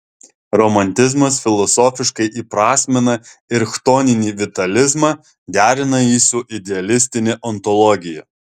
romantizmas filosofiškai įprasmina ir chtoninį vitalizmą derina jį su idealistine ontologija